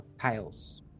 tiles